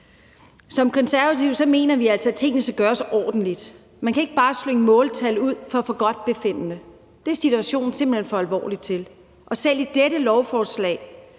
Som Konservative mener vi altså, at tingene skal gøres ordentligt. Man kan ikke bare slynge måltal ud efter forgodtbefindende, det er situationen simpelt hen for alvorlig til, og selv i dette lovforslag